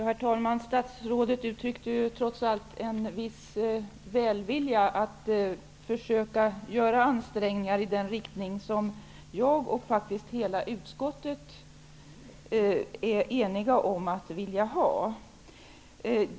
Herr talman! Statsrådet uttryckte trots allt en viss välvilja att försöka göra ansträngningar i den riktning som jag och faktiskt hela utskottet enigt vill.